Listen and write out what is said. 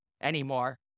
anymore